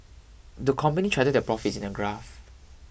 the company charted their profits in a graph